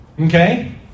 Okay